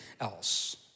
else